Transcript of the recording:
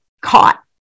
caught